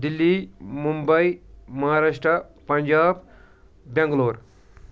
Delhi Mumbai Maharashtra Punjab Bangalore